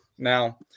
Now